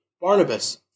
Barnabas